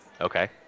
Okay